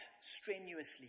strenuously